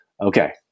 Okay